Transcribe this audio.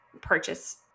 purchase